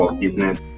Business